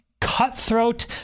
Cutthroat